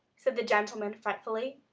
said the gentleman, fretfully.